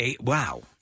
Wow